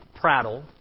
prattle